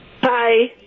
Hi